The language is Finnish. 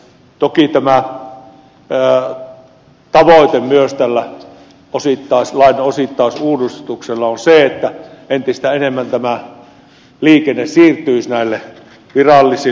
toki tämän lain osittaisuudistuksen tavoite on se että entistä enemmän liikenne siirtyisi näille virallisille reiteille